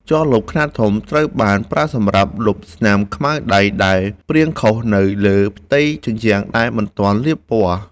ជ័រលុបខ្នាតធំ ត្រូវបានប្រើសម្រាប់លុបស្នាមខ្មៅដៃដែលព្រាងខុសនៅលើផ្ទៃជញ្ជាំងដែលមិនទាន់លាបពណ៌។